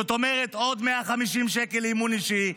זאת אומרת עוד 150 שקלים לאימון אישי.